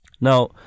Now